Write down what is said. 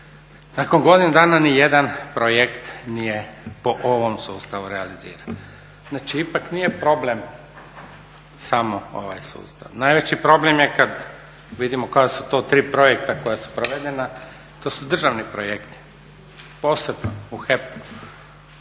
Nakon godinu dana niti jedan projekt nije po ovom sustavu realiziran. Znači ipak nije problem samo ovaj sustav. Najveći problem je kada vidimo koja su to tri projekta koja su provedena, to su državni projekti posebno u HEP-u.